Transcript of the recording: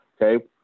Okay